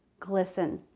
glisten.